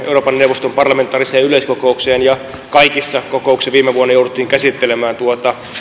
euroopan neuvoston parlamentaariseen yleiskokoukseen ja kaikissa kokouksissa viime vuonna jouduttiin käsittelemään tuota